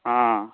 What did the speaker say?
हँ